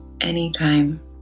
anytime